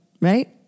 right